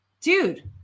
dude